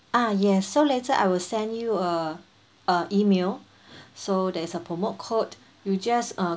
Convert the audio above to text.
ah yes so later I will send you a uh email so that is a promote code you just uh